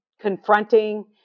confronting